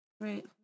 Right